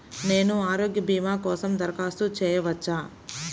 నేను ఆరోగ్య భీమా కోసం దరఖాస్తు చేయవచ్చా?